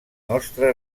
nostre